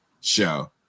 show